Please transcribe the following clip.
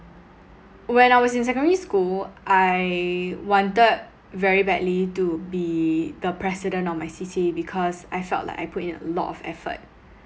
when I was in secondary school I wanted very badly to be the president of my C_C_A because I felt like I put in a lot of effort